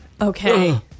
okay